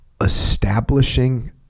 establishing